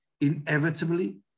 inevitably